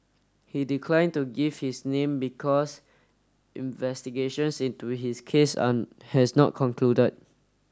he declined to give his name because investigations into his case are has not concluded